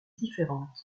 différentes